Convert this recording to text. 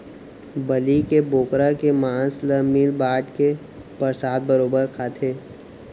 बलि के बोकरा के मांस ल मिल बांट के परसाद बरोबर खाथें